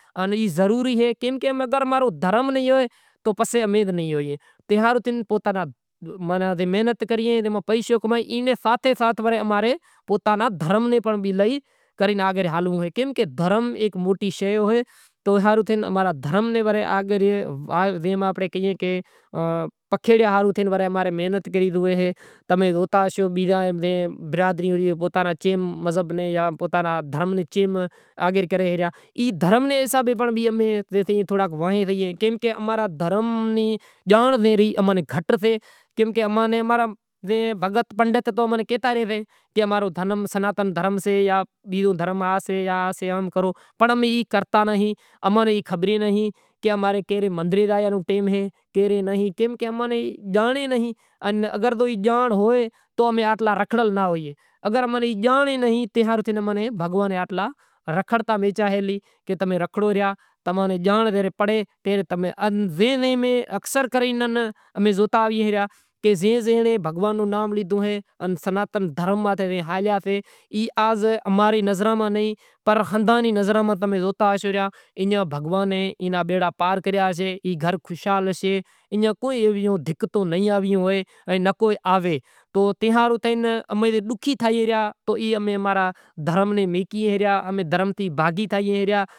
آن ای ضروری اے کہ اگر اماں رو دھرم ناں ہوئے تو کائیں ناں ہوئے۔ دھرم ہیک موٹی شے ہوئے امیں دھرم ناں بھی آگر لئی زانونڑو سے۔ تو ایئے ہاروں تھے امیں بچت تھے رہی ای امیں مال راکھی کرے بچت کری گی ہیں ودھیک امیں بدہی کری پوتا میں سوٹھا نمونا تھیں ہالیں سوٹھا ویچار راکھو کہ سوٹھی اماری زندگی گزری اے ایوے طریقے امیں زندگی ماں کافی کجھ شیوں حاصلات کریا ہاروں تھے ماں رے امیں بدہی راکھشوں تو گھر ماں ایک ہلاواں تو کامیاب تھے گئی ای ماں تھے اماں بدہاں ہیک تھی ہلیو پنڑ ودھیک امارو ای سے کہ پوتا نی بنی ماں جاں پوتاں نی گھرے زے ماں رے کمائی ہاسے ای حساب اے بنی ماں جے ماں کام کری ایں ای حساب اے ماں رے بنی ماں کام کری ایں ای حساب تھی اماں نیں تھائیسے بچت ای ماں امیں پوتانو پعٹ گزر کرے گی ہیں، ورے اماں ناں ورے نقصان تھی زائے تو ای ماں امیں ساہن کری کری ورے اماں ری ایئں پوری کرے ڈیوے تو ای حساب اے کی ای امارو کام اے ای امیں کری ریا۔